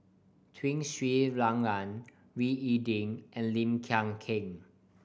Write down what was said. Tun Sri Lanang Wee Ding and Lim Hng Kiang